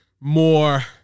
more